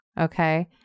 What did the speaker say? Okay